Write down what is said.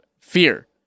fear